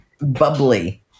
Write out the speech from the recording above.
bubbly